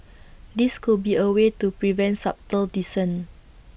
this could be A way to prevent subtle dissent